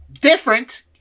different